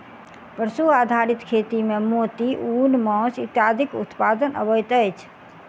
पशु आधारित खेती मे मोती, ऊन, मौस इत्यादिक उत्पादन अबैत अछि